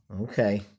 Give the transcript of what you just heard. Okay